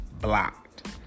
blocked